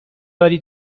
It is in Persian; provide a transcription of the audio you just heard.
داری